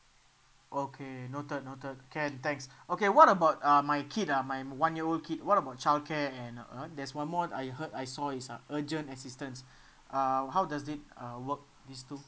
okay noted noted can thanks okay what about uh my kid ah my one year old kid what about childcare and uh there's one more I heard I saw is a urgent assistance uh how does it uh work this two